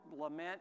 lament